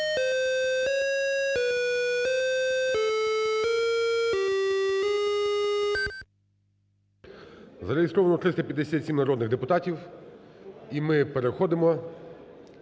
Зареєстровано 357 народних депутатів. І ми переходимо…